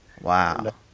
Wow